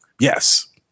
Yes